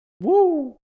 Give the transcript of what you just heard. Woo